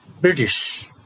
British